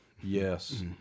yes